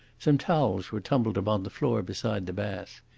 some towels were tumbled upon the floor beside the bath.